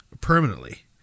permanently